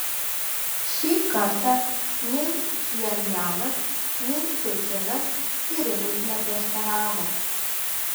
šį kartą nei pchenjanas nei pekinas tyrimui neprieštaravo